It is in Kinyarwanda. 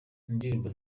indirimbo